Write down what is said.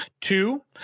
Two